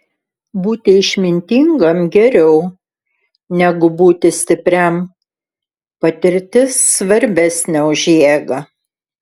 būti išmintingam geriau negu būti stipriam patirtis svarbesnė už jėgą